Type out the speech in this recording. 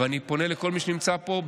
אבל אני פונה לכל מי שנמצא פה,